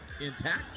intact